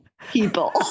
people